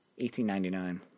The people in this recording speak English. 1899